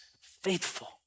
faithful